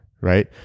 right